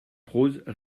prose